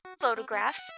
photographs